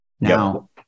Now